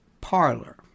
parlor